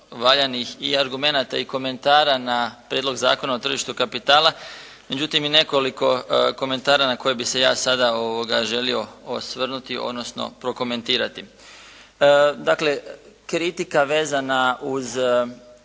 i argumenata i komentara na Prijedlog zakona o tržištu kapitala međutim i nekoliko komentara na koje bi se ja sada želio osvrnuti odnosno prokomentirati. Dakle kritika vezana uz